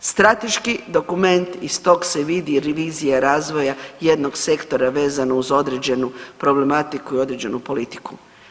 Strateški dokument iz tog se vidi revizija razvoja jednog sektora vezano uz određenu problematiku i određenu politiku.